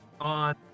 on